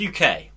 UK